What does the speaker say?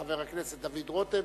חבר הכנסת דוד רותם.